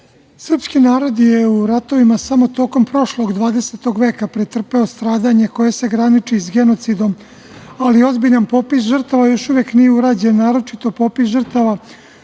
narod je u ratovima samo tokom prošlog veka, 20. veka pretrpeo stradanja koje se graniče sa genocidom, ali ozbiljan popis žrtava još uvek nije urađen, naročito popis žrtava